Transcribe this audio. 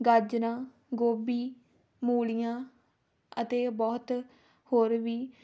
ਗਾਜਰਾਂ ਗੋਭੀ ਮੂਲੀਆਂ ਅਤੇ ਬਹੁਤ ਹੋਰ ਵੀ